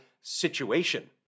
situation